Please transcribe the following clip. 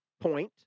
point